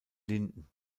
linden